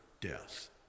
death